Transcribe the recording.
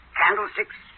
candlesticks